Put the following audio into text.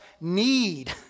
need